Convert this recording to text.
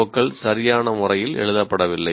ஓக்கள் சரியான முறையில் எழுதப்படவில்லை